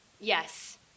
Yes